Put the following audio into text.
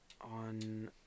on